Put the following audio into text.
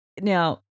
Now